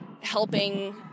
helping